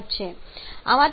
આમાંથી પણ હવા માટે Cp 1